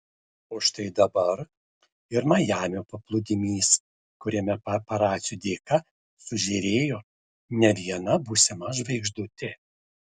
o štai dabar ir majamio paplūdimys kuriame paparacių dėka sužėrėjo ne viena būsima žvaigždutė